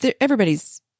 Everybody's